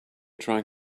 trying